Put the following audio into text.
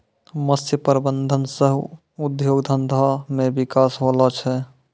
मत्स्य प्रबंधन सह उद्योग धंधा मे बिकास होलो छै